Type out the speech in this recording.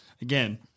Again